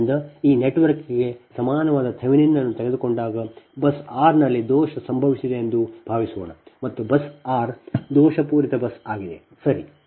ಆದ್ದರಿಂದ ನಾವು ಈ ನೆಟ್ವರ್ಕ್ಗೆ ಸಮಾನವಾದ ಥೆವೆನಿನ್ ಅನ್ನು ತೆಗೆದುಕೊಂಡಾಗ ಬಸ್ r ನಲ್ಲಿ ದೋಷ ಸಂಭವಿಸಿದೆ ಎಂದು ಭಾವಿಸೋಣ ಮತ್ತು ಬಸ್ r ದೋಷಪೂರಿತ ಬಸ್ ಆಗಿದೆ ಸರಿ